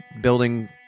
building